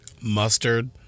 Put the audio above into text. mustard